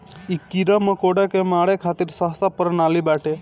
इ कीड़ा मकोड़ा के मारे खातिर सस्ता प्रणाली बाटे